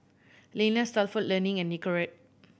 Lenas Stalford Learning and Nicorette